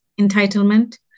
entitlement